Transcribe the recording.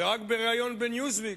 ורק בריאיון ב"ניוזוויק"